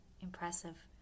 impressive